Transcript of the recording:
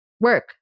work